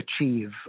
achieve